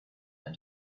and